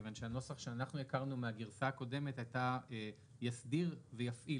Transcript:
מכיוון שהנוסח שאנחנו הכרנו מהגרסה הקודמת היה 'יסדיר ויפעיל',